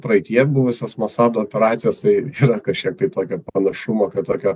praeityje buvusias masado operacijas tai yra kažkiek tai tokio panašumo kad tokio